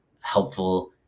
helpful